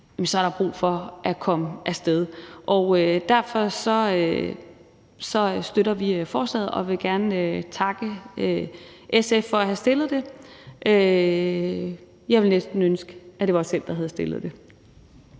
er der brug for at komme af sted. Derfor støtter vi forslaget og vil gerne takke SF for at have fremsat det. Jeg ville næsten ønske, at det var os selv, der havde fremsat det.